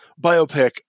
biopic